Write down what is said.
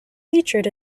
featured